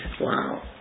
Wow